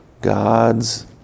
God's